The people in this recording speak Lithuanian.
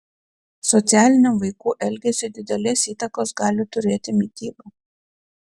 socialiniam vaikų elgesiui didelės įtakos gali turėti mityba